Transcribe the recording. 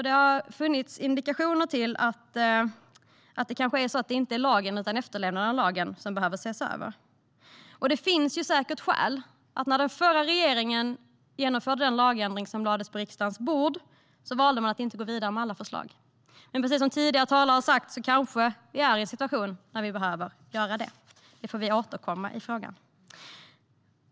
Det finns ju indikationer på att det snarare är efterlevnaden av lagen som behöver ses över. Det fanns säkert skäl till att den förra regeringen valde att inte gå vidare med alla förslag när den genomförde den lagändring som lades på riksdagens bord. Men precis som tidigare talare har sagt är vi kanske i en situation där vi behöver göra detta. Vi får återkomma i frågan.